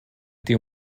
tiu